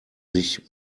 sich